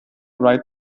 write